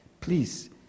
please